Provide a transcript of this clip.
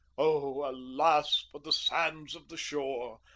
oh, alas for the sands of the shore!